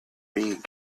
ringing